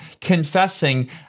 confessing